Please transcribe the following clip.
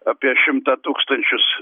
apie šimtą tūkstančius